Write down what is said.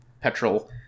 petrol